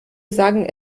sagen